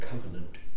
covenant